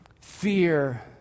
Fear